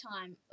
time